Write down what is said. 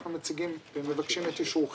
אנחנו מציגים ומבקשים את אישורכם